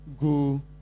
go